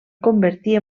convertir